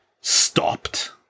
stopped